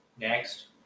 Next